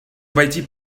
обойти